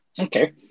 Okay